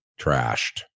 trashed